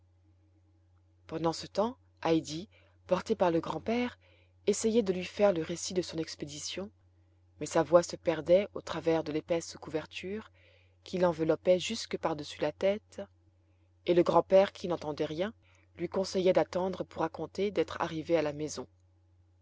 pendant ce temps heidi portée par le grand-père essayait de lui faire le récit de son expédition mais sa voix se perdait au travers de l'épaisse couverture qui l'enveloppait jusque par-dessus la tête et le grand-père qui n'entendait rien lui conseilla d'attendre pour raconter d'être arrivée à la maison